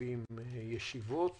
כ-70 ישיבות